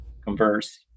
converse